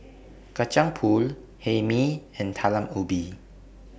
Kacang Pool Hae Mee and Talam Ubi